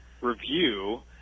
review